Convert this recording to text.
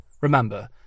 remember